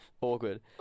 Awkward